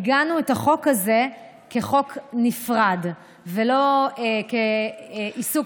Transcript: עיגנו את החוק הזה כחוק נפרד ולא כעיסוק